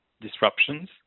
disruptions